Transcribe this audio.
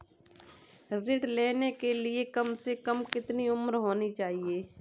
ऋण लेने के लिए कम से कम कितनी उम्र होनी चाहिए?